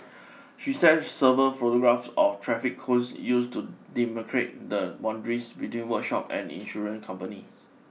she says several photographs of traffic cones used to demarcate the boundaries between workshop and insurance company